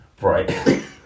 right